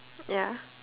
ya